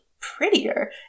prettier